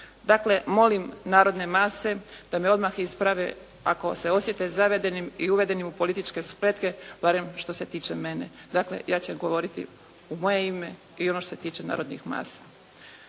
Dakle, molim narodne mase da me odmah isprave ako se osjete zavedenim i uvedenim u političke spletke barem što se tiče mene. Dakle, ja ću odgovoriti u moje ime i ono što se tiče narodnih masa.